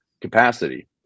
capacity